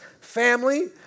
family